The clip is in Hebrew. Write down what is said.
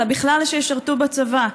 אלא בכלל שישרתו בצבא.